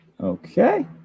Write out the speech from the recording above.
Okay